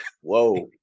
Whoa